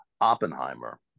Oppenheimer